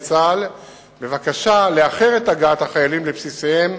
לצה"ל בבקשה לאחר את הגעת החיילים לבסיסיהם